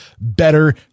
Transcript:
better